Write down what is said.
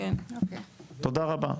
תודה רבה,